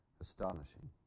astonishing